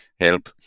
help